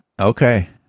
Okay